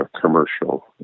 Commercial